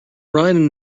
ryan